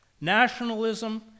Nationalism